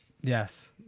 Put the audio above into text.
Yes